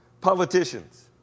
politicians